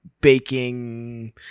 baking